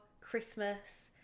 Christmas